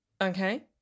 okay